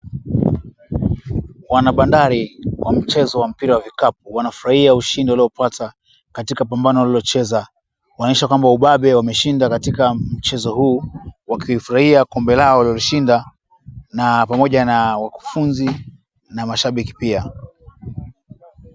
Wanabandari wa mchezo wa mpira wa vikapu, wanafurahia ushindi waliopata katika pambano walilocheza, kuonyesha kwamba ubabe wameshinda katika mchezo huu, wakifurahia kombe lao waliloshinda, na pamoja na wakufunzi na mashabiki pia.